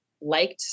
liked